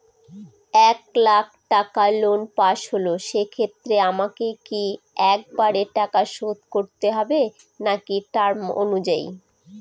এক লাখ টাকা লোন পাশ হল সেক্ষেত্রে আমাকে কি একবারে টাকা শোধ করতে হবে নাকি টার্ম অনুযায়ী?